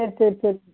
சரி சரி சரி